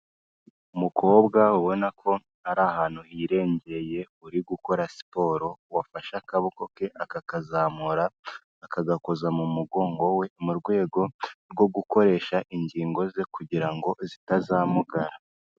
Umukobwa ubona ko ari ahantu hirengeye uri gukora siporo, wafashe akaboko ke akakazamura akagakoza mu mugongo we, mu rwego rwo gukoresha ingingo ze kugira ngo zitazamugara.